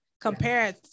Compare